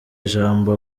ijambo